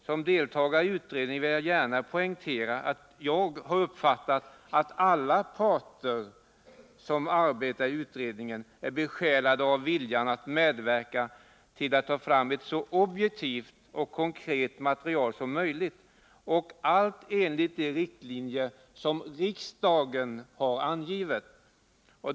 Som deltagare i utredningen vill jag gärna poängtera att jag uppfattat att alla som arbetar i utredningen är besjälade av viljan att medverka till att ta fram ett så objektivt och konkret material som möjligt, allt enligt de riktlinjer som riksdagen har angivit.